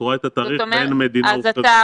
את רואה את התאריך שהמדינה הוכרזה כירוקה.